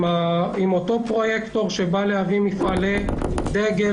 עם אותו פרויקטור שבא להביא מפעלי דגל